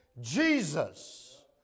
Jesus